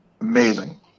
Amazing